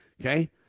okay